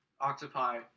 octopi